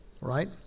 right